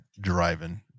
driving